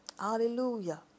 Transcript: Hallelujah